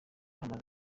hamaze